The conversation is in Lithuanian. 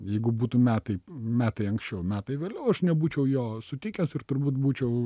jeigu būtų metai metai anksčiau metai vėliau aš nebūčiau jo sutikęs ir turbūt būčiau